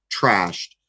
trashed